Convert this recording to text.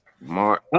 Mark